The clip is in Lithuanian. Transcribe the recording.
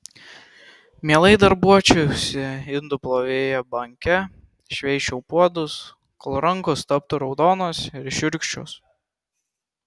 mielai darbuočiausi indų plovėja banke šveisčiau puodus kol rankos taptų raudonos ir šiurkščios